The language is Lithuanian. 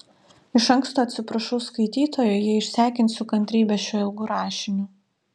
iš anksto atsiprašau skaitytojų jei išsekinsiu kantrybę šiuo ilgu rašiniu